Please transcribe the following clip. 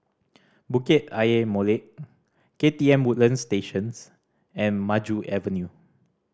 Bukit Ayer Molek K T M Woodlands Statios and Maju Avenue